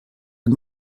ein